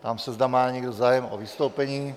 Ptám se, zda má někdo zájem o vystoupení?